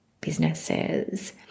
businesses